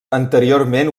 anteriorment